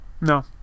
No